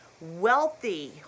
wealthy